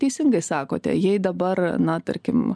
teisingai sakote jei dabar na tarkim